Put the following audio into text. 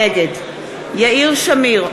נגד יאיר שמיר,